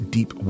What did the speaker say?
Deep